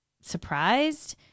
surprised